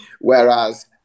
Whereas